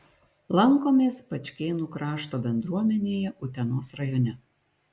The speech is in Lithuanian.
lankomės pačkėnų krašto bendruomenėje utenos rajone